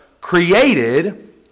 created